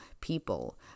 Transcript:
people